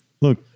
Look